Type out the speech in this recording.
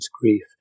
Grief